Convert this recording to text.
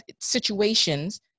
situations